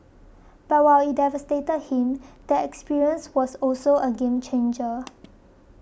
but while it devastated him the experience was also a game changer